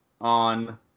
on